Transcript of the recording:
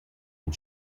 and